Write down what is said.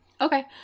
Okay